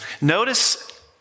Notice